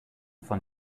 von